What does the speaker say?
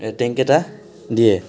টেংককেইটা দিয়ে